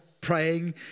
Praying